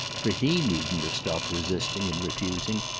for he needn't have stopped resisting and refusing,